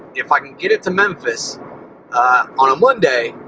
if i can get it to memphis on a monday,